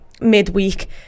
midweek